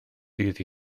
ddydd